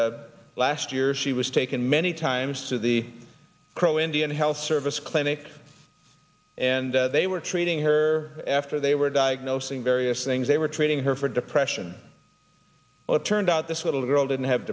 last year she was taken many times to the crow indian health service clinic and they were treating her after they were diagnosing various things they were treating her for depression well it turned out this little girl didn't have